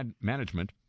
Management